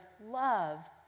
love